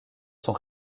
sont